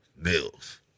Mills